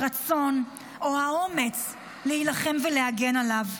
הרצון או האומץ להילחם ולהגן עליו.